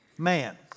man